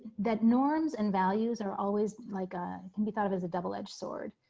that norms and values are always like ah can be thought of as a double edged sword.